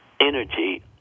energy